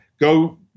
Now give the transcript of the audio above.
go –